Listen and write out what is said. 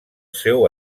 seu